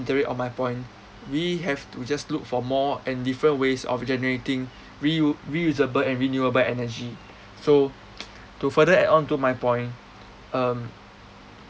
on my point we have to just look for more and different ways of generating reu~ reusable and renewable energy so to further add onto my point um